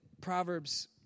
Proverbs